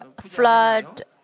flood